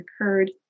occurred